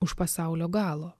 už pasaulio galo